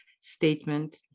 statement